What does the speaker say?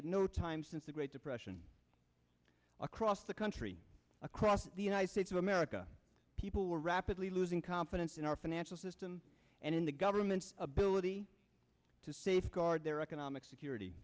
at no time since the great depression across the country across the united states of america people were rapidly losing confidence in our financial system and in the government's ability to safeguard their economic security